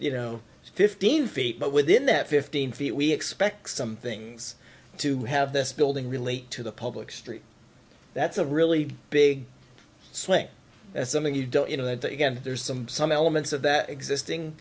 you know fifteen feet but within that fifteen feet we expect some things to have this building relate to the public street that's a really big slick something you don't you know that again there's some some elements of that existing